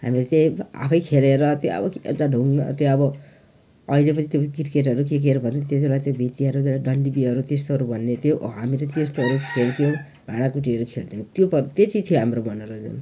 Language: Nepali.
हामीले त्यही आफै खेलेर त्यो अब के भन्छ ढुङ्गा त्यो अब अहिले पनि त्यो क्रिकेटहरू के केहरू भन्छ त्यति बेला त्यो बित्तेहरू डन्डीबियोहरू त्यस्तोहरू भन्ने थियो हामी त त्यस्तोहरू खेल्थ्यौँ भाँडाकुटीहरू खेल्थ्यौँ त्यो त त्यति थियो हाम्रो मनोरञ्जन